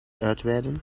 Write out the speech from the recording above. uitweiden